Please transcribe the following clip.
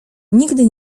nigdy